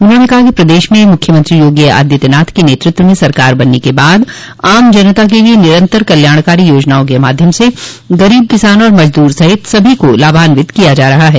उन्होंने कहा कि प्रदेश में मुख्यमंत्री योगी आदित्नाथ के नेतृत्व में सरकार बनने के बाद आम जनता के लिए निरन्तर कल्याणकारी योजनाओं के माध्यम से गरीब किसान और मजदूर सहित सभी को लाभान्वित किया जा रहा है